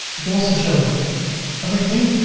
you can also show everything